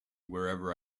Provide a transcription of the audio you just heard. wherever